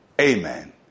Amen